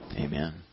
Amen